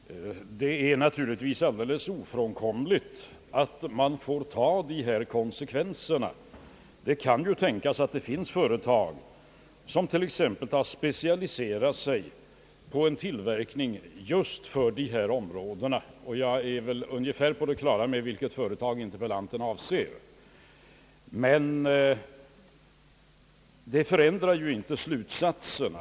Herr talman! Det är naturligtvis alldeles ofrånkomligt att man får ta de konsekvenser, som här har nämnts, Det kan ju tänkas att det finns företag, som har specialiserat sig på en tillverkning av just sådana produkter som det här gäller — jag är väl ungefär på det klara med vilket företag interpellanten avser. Men det förändrar ju inte slutsatserna.